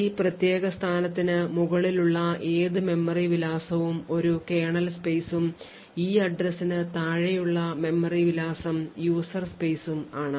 ഈ പ്രത്യേക സ്ഥാനത്തിന് മുകളിലുള്ള ഏത് മെമ്മറി വിലാസവും ഒരു കേർണൽ സ്പെയ്സും ഈ address ന് താഴെയുള്ള മെമ്മറി വിലാസം user സ്പെയ്സും ആണ്